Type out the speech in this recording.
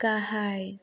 गाहाय